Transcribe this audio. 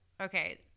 Okay